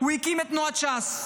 הוא הקים את תנועת ש"ס,